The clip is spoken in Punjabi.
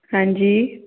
ਹਾਂਜੀ